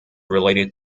related